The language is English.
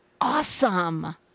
awesome